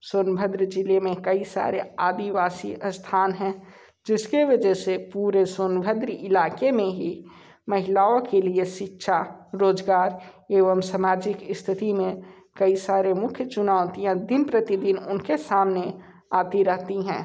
सोनभद्र ज़िले में कई सारे आदिवासी स्थान हैं जिस की वजह से पूरे सोनभद्र इलाक़े में ही महिलाओं के लिए शिक्षा रोज़गार एवं समाजिक स्थिति में कई सारे मुख्य चुनौतियाँ दिन प्रतिदिन उन के सामने आती रहती हैं